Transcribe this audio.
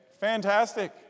Fantastic